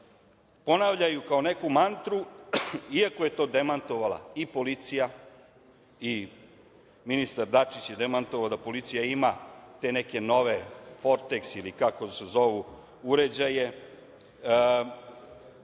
ponavljaju kao neku mantru iako je to demantovala i policija i ministar Dačić je demantovao da policija ima te neke nove „Forteks“ ili kako se zovu uređaje